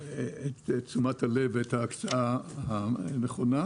את תשומת הלב ואת ההקצאה הנכונה,